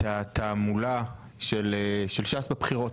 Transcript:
התעמולה של ש"ס בבחירות,